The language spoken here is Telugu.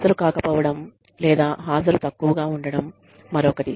హాజరుకాకపోవడం లేదా హాజరు తక్కువగా ఉండటం మరొకటి